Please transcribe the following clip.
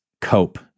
cope